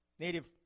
Native